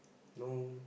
no